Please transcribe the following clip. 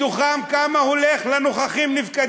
מהם כמה הולך לנוכחים-נפקדים?